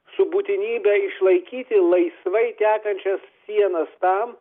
su būtinybe išlaikyti laisvai tekančias sienas tam